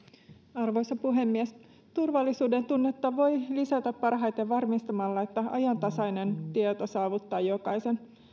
arvoisa puhemies turvallisuudentunnetta voi lisätä parhaiten varmistamalla että ajantasainen tieto saavuttaa jokaisen